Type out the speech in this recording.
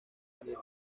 daniel